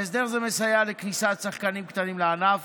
והסדר זה מסייע לכניסת שחקנים קטנים לענף